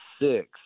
six